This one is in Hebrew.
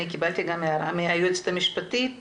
גם קיבלתי הערה מיועצת משפטית